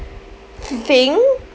thing